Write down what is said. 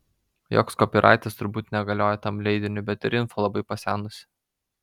joks kopyraitas turbūt negalioja tam leidiniui bet ir info labai pasenusi